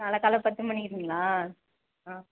நாளை காலை பத்து மணிக்குங்களா ஆ